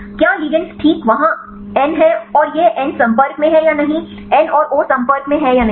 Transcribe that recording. क्या लिगैंड्स ठीक वहाँ N है और यह N संपर्क में है या नहीं N और O संपर्क में हैं या नहीं